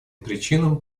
причинам